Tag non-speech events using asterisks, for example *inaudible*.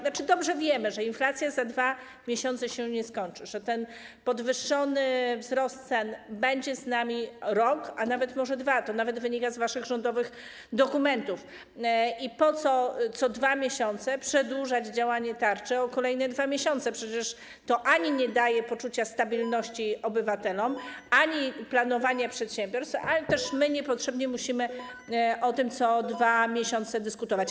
Znaczy dobrze wiemy, że inflacja za 2 miesiące się nie skończy, że ten podwyższony wzrost cen będzie z nami rok, a może nawet 2 lata, to nawet wynika z waszych rządowych dokumentów i po co co 2 miesiące przedłużać działanie tarczy o kolejne 2 miesiące, przecież to *noise* ani nie daje poczucia stabilności obywatelom, ani nie ułatwia planowania przedsiębiorstwom, a też my niepotrzebnie musimy o tym co 2 miesiące dyskutować.